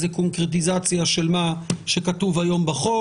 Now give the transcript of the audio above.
זה קונקרטיזציה של מה שכתוב היום בחוק.